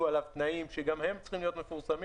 בפני המנהל רישיון או תעודה הנדרשים לצורך